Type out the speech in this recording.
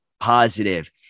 positive